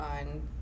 on